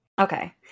Okay